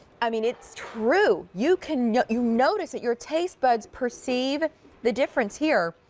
i mean, it's true. you can you notice that your taste buds perceive the difference here.